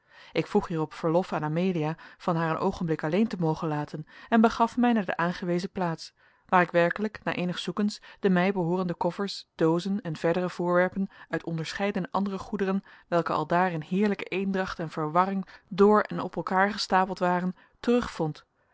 ik vroeg hierop verlof aan amelia van haar een oogenblik alleen te mogen laten en begaf mij naar de aangewezen plaats waar ik werkelijk na eenig zoekens de mij behoorende koffers doozen en verdere voorwerpen uit onderscheidene andere goederen welke aldaar in heerlijke eendracht en verwarring door en op elkaar gestapeld waren